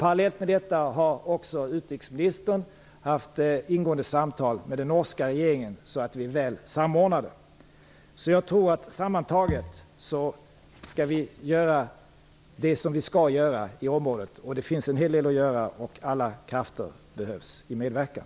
Parallellt med detta har också utrikesministern haft ingående samtal med den norska regeringen, så att vi skall vara väl samordnade. Vi skall därför göra det vi skall göra i området. Det finns en hel del att göra, och alla krafter behövs i medverkan.